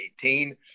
2018